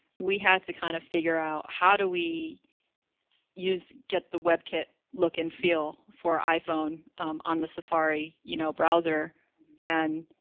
we had to kind of figure out how do we use, get the webkit look and feel for iphone on the safari, you know, browser and,